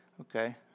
Okay